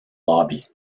lobby